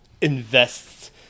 invests